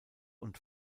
und